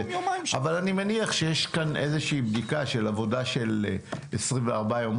אבל אני מניח שיש כאן איזושהי בדיקה של עבודה 24 יום